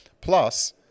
Plus